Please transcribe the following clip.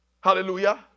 Hallelujah